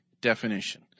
definition